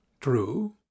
True